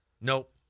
Nope